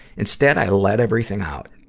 instead, i let everything out.